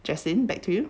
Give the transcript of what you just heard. jaslyn back to you